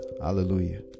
Hallelujah